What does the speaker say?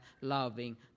loving